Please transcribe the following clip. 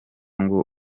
ngo